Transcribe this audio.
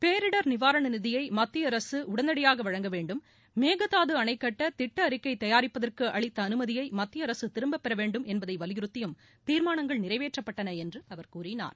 பேரிடர் நிவாரண நிதியை மத்திய அரசு உடனடியாக வழங்க வேண்டும் மேகதாது அணை கட்ட திட்ட அறிக்கை தயாரிப்பதற்கு அளித்த அனுமதியை மத்திய அரசு திரும்பப் பெற வேண்டும் என்பதை வலியுறுத்தியும் தீர்மானங்கள் நிறைவேற்றப்பட்டன என்று அவர் கூறினார்